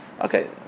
Okay